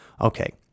Okay